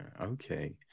okay